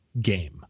game